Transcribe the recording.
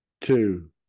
two